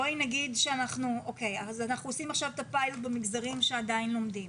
אנחנו עושים עכשיו את הפיילוט במגזרים שעדיין לומדים.